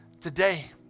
today